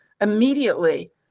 immediately